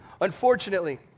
Unfortunately